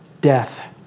death